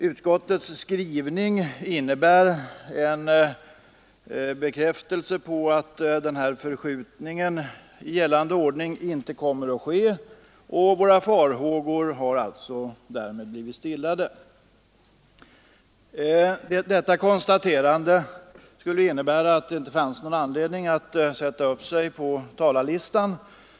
Utskottets skrivning innebär en försäkran om att någon förskjutning av gällande ordning inte kommer att ske, och vår oro på denna punkt har därmed stillats. Detta konstaterande borde innebära att jag inte hade någon anledning att anmäla mig på talarlistan.